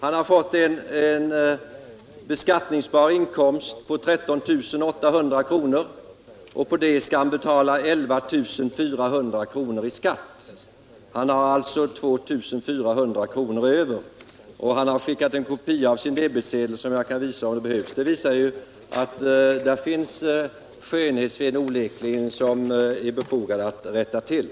Han har fått en beskattningsbar inkomst på 13 800 kr., och på det skall han betala 11400 kr. i skatt. Han har alltså 2400 kr. över. Han har skickat en kopia av sin debetsedel som jag kan visa om det behövs. Exemplet åskådliggör att det finns skönhetsfel som det onekligen är befogat att rätta till.